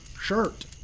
shirt